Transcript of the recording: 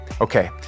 Okay